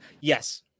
Yes